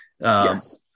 Yes